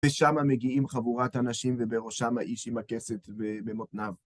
ושמה מגיעים חבורת הנשים, ובראשם האיש עם הכסף במותניו.